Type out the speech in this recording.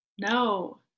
No